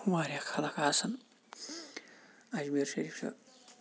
واریاہ خَلَق آسان اَجمیٖر شریٖف چھُ